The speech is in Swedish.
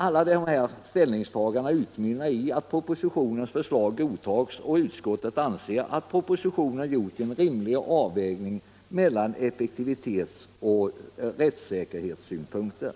Justitieutskottets uttalande utmynnar i att propositionens förslag godtas. Utskottet anser att det i propositionen görs en rimlig avvägning mellan effektivitetsoch rättssäkerhetssynpunkter.